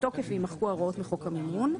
לתוקף ויימחקו ההוראות מחוק המימון.